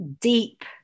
deep